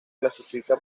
clasifica